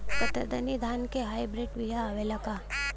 कतरनी धान क hybrid बिया आवेला का?